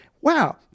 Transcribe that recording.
wow